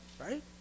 right